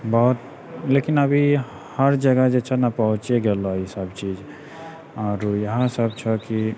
बहुत लेकिन अभी हर जगह जे छऽ ने पहुँचि गेलऽ ई सब चीज आओर यहाँ सब छऽ कि